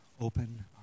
open